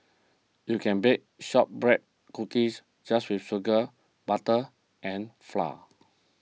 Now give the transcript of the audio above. you can bake Shortbread Cookies just with sugar butter and flour